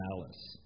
malice